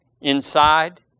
inside